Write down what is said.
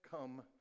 come